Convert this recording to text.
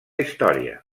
història